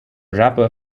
wrapper